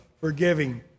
forgiving